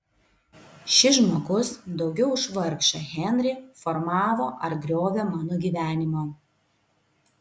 šis žmogus daugiau už vargšą henrį formavo ar griovė mano gyvenimą